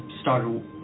started